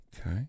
Okay